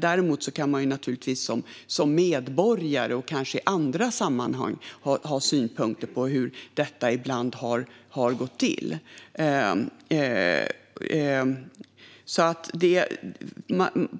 Däremot kan man naturligtvis som medborgare och kanske i andra sammanhang ha synpunkter på hur det ibland har gått till.